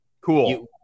Cool